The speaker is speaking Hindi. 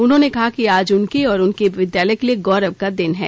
उन्होंने कहा कि आज उनके और उनके विद्यालय के लिए गौरव का दिन है